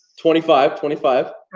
twenty five, twenty five.